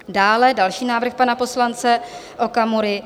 Dále další návrh pana poslance Okamury